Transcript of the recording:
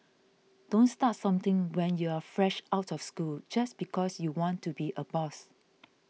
don't start something when you're fresh out of school just because you want to be a boss